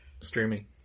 Streaming